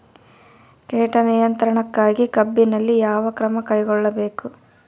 ಕೇಟ ನಿಯಂತ್ರಣಕ್ಕಾಗಿ ಕಬ್ಬಿನಲ್ಲಿ ಯಾವ ಕ್ರಮ ಕೈಗೊಳ್ಳಬೇಕು?